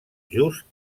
just